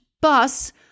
bus